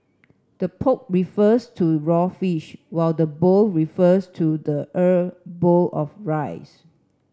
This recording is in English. the poke refers to raw fish while the bowl refers to the er bowl of rice